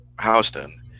Houston